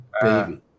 baby